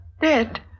dead